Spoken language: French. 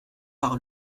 par